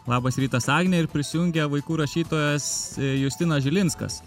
labas rytas agne ir prisijungė vaikų rašytojas justinas žilinskas